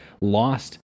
lost